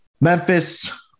Memphis